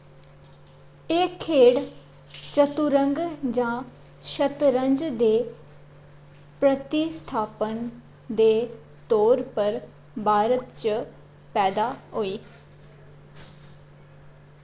एह् खेढ चतुरंग जां शतरंज दे प्रतिस्थापन दे तौर पर भारत च पैदा होई